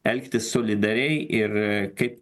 elgtis solidariai ir kaip